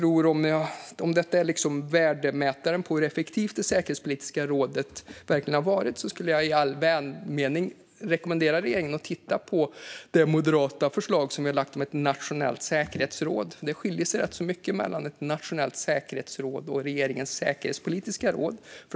Om detta är värdemätaren på hur effektivt det säkerhetspolitiska rådet verkligen har varit skulle jag i all välmening rekommendera regeringen att titta på det moderata förslag som vi har lagt fram om ett nationellt säkerhetsråd. Ett nationellt säkerhetsråd skiljer sig rätt så mycket från regeringens säkerhetspolitiska råd.